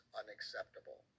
unacceptable